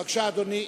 בבקשה, אדוני.